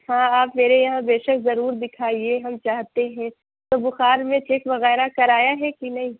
ہاں آپ میرے یہاں بے شک ضرور دکھائیے ہم چاہتے ہیں تو بخار میں چیک وغیرہ کرایا ہے کہ نہیں